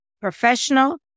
professional